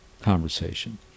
conversation